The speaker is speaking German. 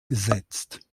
gesetzt